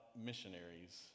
missionaries